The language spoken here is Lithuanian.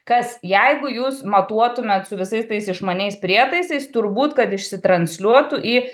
kas jeigu jūs matuotumėt su visais tais išmaniais prietaisais turbūt kad išsitransliuotų į